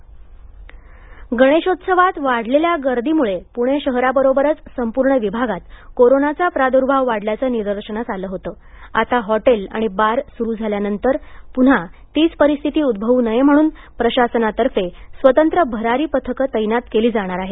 hotel गणेशोत्सवात वाढलेल्या गर्दीमुळे पुणे शहराबरोबरच संपूर्ण विभागात कोरोनाचा प्रादुर्भाव वाढल्याचं निदर्शनास आलं होतं आता हॉटेल आणि बार सुरु झाल्यानंतर पुन्हा तीच परिस्थिती उद्भवू नये म्हणून प्रशासनातर्फे स्वतंत्र भरारी पथक तैनात केली जाणार आहेत